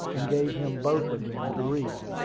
and gave him both of them to read.